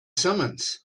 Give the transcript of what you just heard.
summons